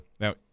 Now